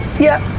yeah.